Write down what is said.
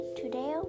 today